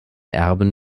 erben